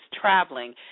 traveling